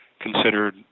considered